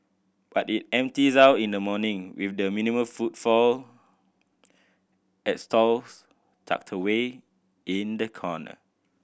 but it empties out in the morning with the minimal footfall at stalls tucked away in the corner